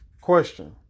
Question